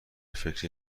فکر